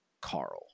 Carl